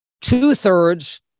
two-thirds